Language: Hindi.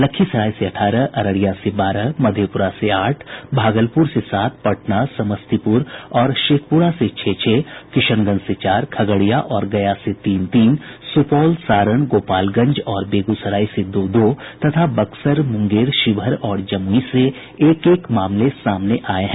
लखीसराय से अठारह अररिया से बारह मधेपुरा से आठ भागलपुर से सात पटना समस्तीपुर और शेखपुरा से छह छह किशनगंज से चार खगड़िया और गया से तीन तीन सुपौल सारण गोपालगंज और बेगूसराय से दो दो तथा बक्सर मुंगेर शिवहर और जमुई से एक एक मामले सामने आये हैं